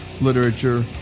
literature